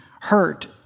hurt